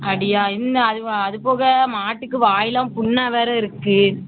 அப்படியா என்ன அதுவும் அதுபோக மாட்டுக்கு வாயிலெலாம் புண்ணாக வேறு இருக்குது